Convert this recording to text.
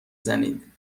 زنید